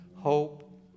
Hope